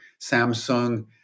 Samsung